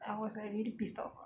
I was like really pissed off